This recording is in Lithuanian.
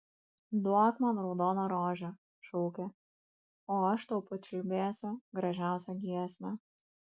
duok man raudoną rožę šaukė o aš tau pačiulbėsiu gražiausią giesmę